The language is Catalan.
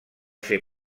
ser